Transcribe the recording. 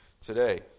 today